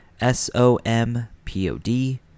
S-O-M-P-O-D